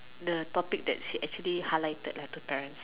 the topics that she actually highlighted like a parents